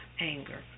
anger